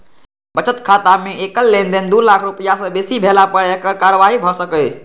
बचत खाता मे एकल लेनदेन दू लाख रुपैया सं बेसी भेला पर आयकर कार्रवाई भए सकैए